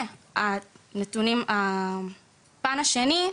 הפן השני,